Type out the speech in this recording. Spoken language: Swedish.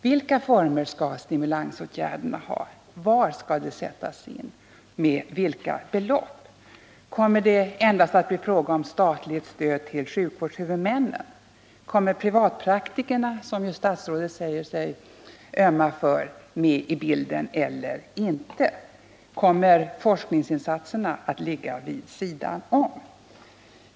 Vilka former skall stimulansåtgärderna ha, var skall de sättas in, med vilka belopp? Kommer det endast att bli fråga om statligt stöd till sjukvårdshuvudmännen? Kommer privatpraktikerna, som statsrådet säger sig ömma för, med i bilden eller inte? Kommer forskningsinsatserna att ligga vid sidan om?